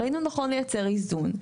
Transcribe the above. אז ראינו נכון לייצר איזון.